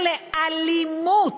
שיש לו קשר לאלימות,